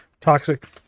toxic